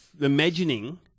imagining